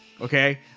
Okay